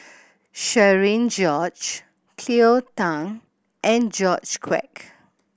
Cherian George Cleo Thang and George Quek